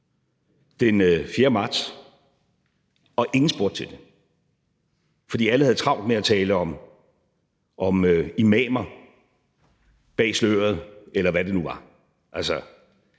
den 4. marts, og ingen spurgte til det, fordi alle havde travlt med at tale om imamer bag sløret, eller hvad det nu var. Så